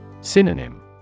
Synonym